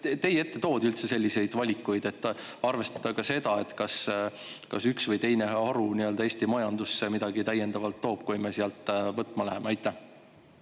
teie ette toodi üldse selliseid valikuid, et arvestada ka seda, et kas üks või teine haru Eesti majandusse midagi täiendavalt juurde toob, kui me sealt võtma läheme? Õnneks